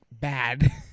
bad